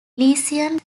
lesions